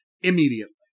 immediately